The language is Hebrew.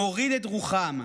מוריד את רוחם.